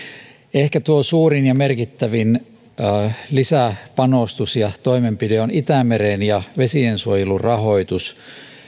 ehkä tuo suurin ja merkittävin lisäpanostus ja toimenpide on itämeren ja vesiensuojelun rahoitus